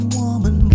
woman